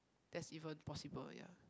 that's even possible ya